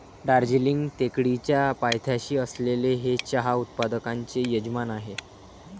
दार्जिलिंग टेकडीच्या पायथ्याशी असलेले हे चहा उत्पादकांचे यजमान आहे